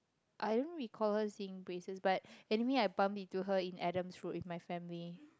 I don't recall her in braces but anyway I bumped into her in Adam road with my family